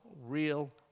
real